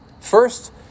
First